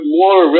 more